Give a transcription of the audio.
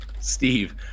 Steve